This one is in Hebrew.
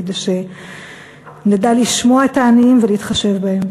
כדי שנדע לשמוע את העניים ולהתחשב בהם.